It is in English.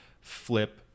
flip